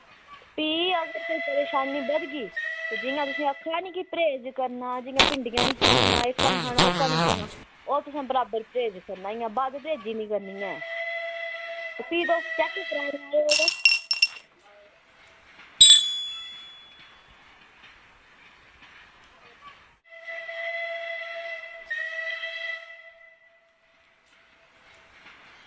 भी अगर कोई परेशानी बधगी ते जियां तुसेंगी आक्खे दा ना पर्हेज करना भिंडियां निं खानियां एह्का निं खाना ओह्का निं खाना ओह् तुसें बराबर पर्हेज करना इंया बद पर्हेज़ी निं करनी ऐ ते भी तुस चैक कराई लैयो तां